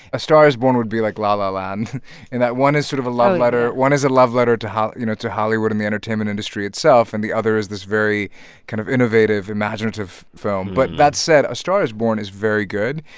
a star is born would be like la la land in that one is sort of a love letter one is a love letter to you know, to hollywood and the entertainment industry itself, and the other is this very kind of innovative, imaginative film. but that said, a star is born is very good.